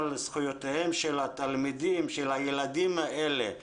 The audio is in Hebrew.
עוסק בזכויות של הילדים האלה ללמוד,